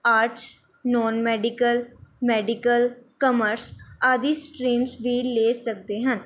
arts non medical medical commerce ਆਦਿ streams ਵੀ ਲੈ ਸਕਦੇ ਹਨ